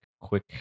quick